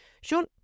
Sean